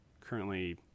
currently